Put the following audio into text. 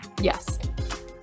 Yes